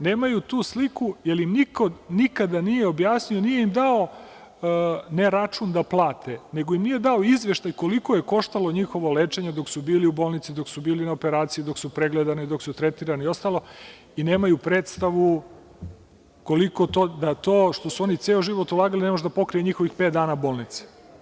Nemaju tu sliku, jer im niko nikada nije objasnio, nije im dao ne račun da plate, nego im nije dao izveštaj koliko je koštalo njihovo lečenje dok su bili u bolnici, dok su bili na operaciji, dok su pregledane, dok su tretirani i ostalo, i nemaju predstavu koliko da to što su oni ceo život ulagali ne može da pokrije njihovih pet dana bolnice.